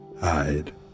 hide